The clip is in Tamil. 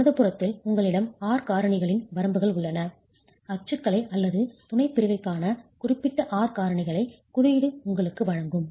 வலது புறத்தில் உங்களிடம் R காரணிகளின் வரம்புகள் உள்ளன அச்சுக்கலை அல்லது துணைப்பிரிவுக்கான குறிப்பிட்ட R காரணிகளை குறியீடு உங்களுக்கு வழங்கும்